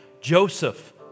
Joseph